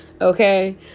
okay